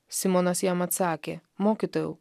simonas jam atsakė mokytojau